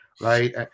Right